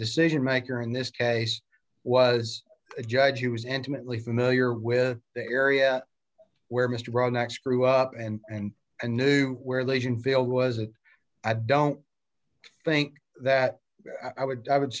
decision maker in this case was a judge who was intimately familiar with the area where mr braun next grew up and and and knew where lation veil was it i don't think that i would i would